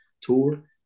tour